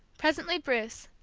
presently bruce,